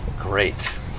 Great